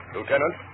Lieutenant